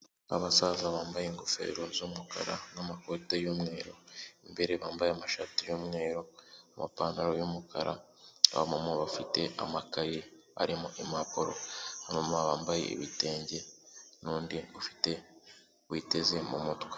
Abasaza bambaye ingofero z'umukara n'amakoti y'umweru, imbere bambaye amashati y'umweru amapantaro y'umukara, abamama bafite amakaye arimo impapuro, abamama bambaye ibitenge n'undi ufite witeze mu mutwe.